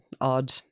odd